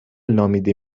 نامیده